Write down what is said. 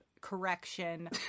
correction